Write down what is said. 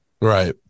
right